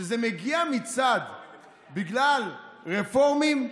שזה מגיע בגלל רפורמים,